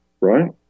right